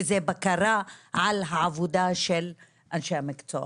ובקרה על העבודה של אנשי המקצוע.